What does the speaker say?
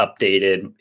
updated